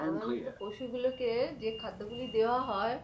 সাধারণত পশুগুলোকে যে খাদ্যগুলি দেওয়া হয়